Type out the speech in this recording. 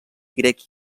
grec